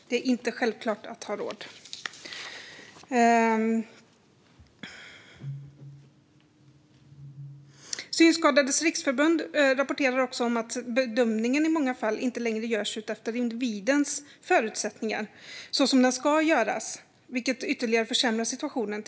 Det är inte självklart att ha råd med färdtjänst. Synskadades Riksförbund rapporterar också om att bedömningen i många fall inte längre görs utifrån individens förutsättningar, så som det ska göras, vilket ytterligare försämrar situationen.